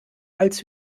als